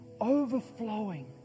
overflowing